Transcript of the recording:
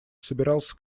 собирался